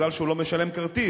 מכיוון שהוא לא משלם על כרטיס,